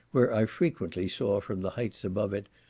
where i frequently saw from the heights above it,